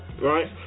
right